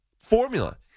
formula